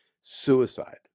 suicide